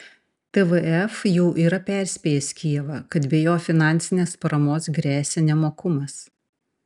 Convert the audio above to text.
tvf jau yra perspėjęs kijevą kad be jo finansinės paramos gresia nemokumas